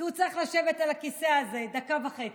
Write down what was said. כי הוא צריך לשבת על הכיסא הזה דקה וחצי,